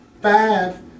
five